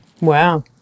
Wow